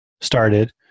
started